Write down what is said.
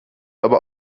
aber